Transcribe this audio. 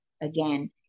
again